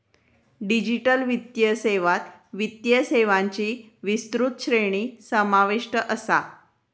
digital वित्तीय सेवात वित्तीय सेवांची विस्तृत श्रेणी समाविष्ट असा